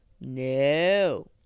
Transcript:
No